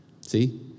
See